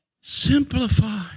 Simplify